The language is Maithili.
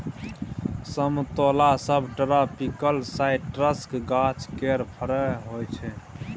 समतोला सबट्रापिकल साइट्रसक गाछ केर फर होइ छै